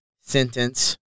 sentence